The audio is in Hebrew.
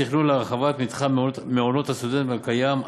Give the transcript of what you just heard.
יש תכנון להרחבת מתחם מעונות הסטודנטים הקיים,